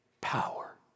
power